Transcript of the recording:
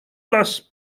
las